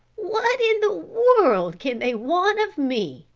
what in the world can they want of me,